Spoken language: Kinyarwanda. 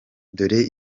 dore